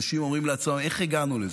אנשים אומרים לעצמם: איך הגענו לזה?